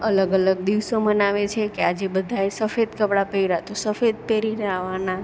અલગ અલગ દિવસો મનાવે છે કે આજે બધાએ સફેદ કપડાં પહેર્યાં તો સફેદ પહેરીને આવવાનાં